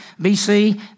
BC